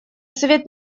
совет